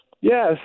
Yes